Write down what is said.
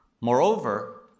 Moreover